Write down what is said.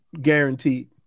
guaranteed